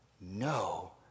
no